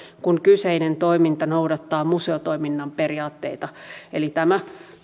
kun kyseinen toiminta noudattaa museotoiminnan periaatteita tämä